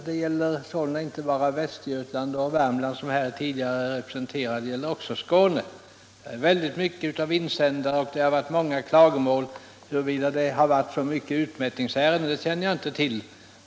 Det gäller här inte bara Västergötland och Värmland, som det tidigare har talats om, utan det gäller också Skåne, där det har skrivits många insändare och framförts många klagomål. Om det har förekommit så många utmätningsärenden känner jag inte till.